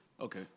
Okay